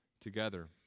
together